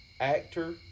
Actor